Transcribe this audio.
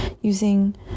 using